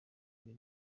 ibi